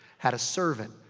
had a servant.